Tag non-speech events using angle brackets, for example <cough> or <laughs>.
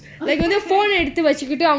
<laughs>